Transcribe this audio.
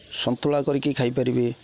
ସନ୍ତୁଳା କରିକି ଖାଇପାରିବି